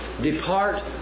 depart